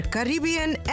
Caribbean